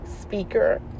speaker